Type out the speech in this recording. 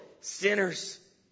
sinners